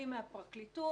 אני מהפרקליטות.